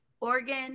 Oregon